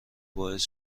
باعث